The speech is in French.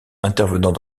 intervenant